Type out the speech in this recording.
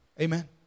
Amen